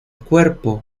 cuerpo